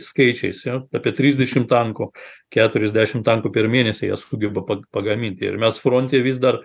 skaičiais jo apie trisdešim tankų keturiasdešim tankų per mėnesį jie sugeba pa pagaminti ir mes fronte vis dar